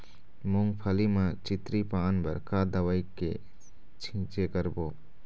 मूंगफली म चितरी पान बर का दवई के छींचे करबो?